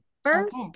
First